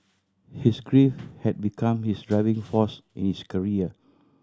his grief had become his driving force in his career